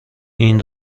این